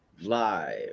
live